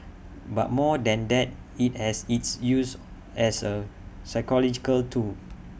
but more than that IT has its use as A psychological tool